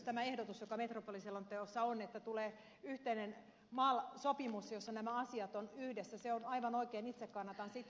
tämä ehdotus joka metropoli selonteossa on että tulee yhteinen mal sopimus jossa nämä asiat ovat yhdessä se on aivan oikein itse kannatan sitä